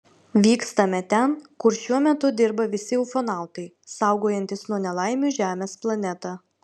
vykstame ten kur šiuo metu dirba visi ufonautai saugojantys nuo nelaimių žemės planetą